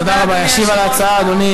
תודה, אדוני